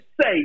say